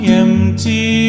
empty